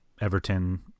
Everton